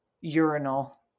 urinal